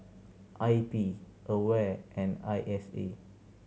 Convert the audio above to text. I P AWARE and I S A